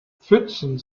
pfützen